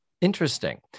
interesting